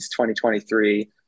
2023